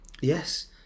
Yes